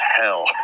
hell